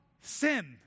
sin